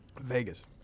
Vegas